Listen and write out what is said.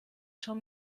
schon